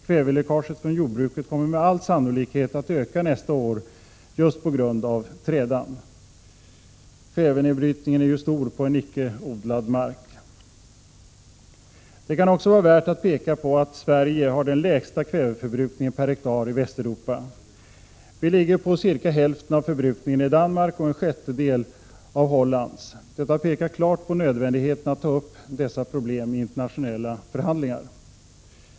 Kväveläckaget från jordbruket kommer med all sannolikhet att öka nästa år just på grund av trädan. Kvävenedbrytningen är kraftig på icke odlad mark. Det kan också vara värt att peka på att Sverige har den lägsta kväveförbrukningen per hektar i Västeuropa. Vi ligger på cirka hälften av förbrukningen i Danmark och på en sjättedel av Hollands. Detta pekar klart på nödvändigheten att ta upp dessa problem i internationella förhandlingar.